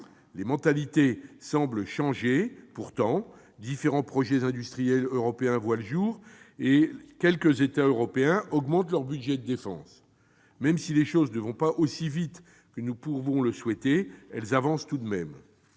les mentalités semblent changer. Différents projets industriels européens voient le jour et quelques États augmentent leur budget de défense. Même si les choses ne vont pas aussi vite que nous pourrions le souhaiter, elles avancent tout de même.